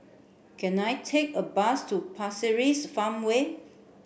can I take a bus to Pasir Ris Farmway